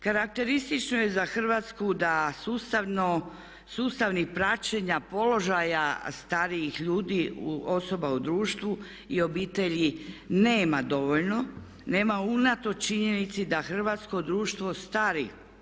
Karakteristično je za Hrvatsku da sustavi praćenja položaja starijih ljudi, osoba u društva i obitelji nema dovoljno, nema unatoč činjenici da hrvatsko društvo stari.